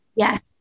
Yes